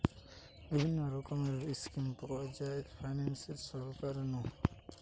বিভিন্ন রকমের স্কিম পাওয়া যায় ফাইনান্সে সরকার নু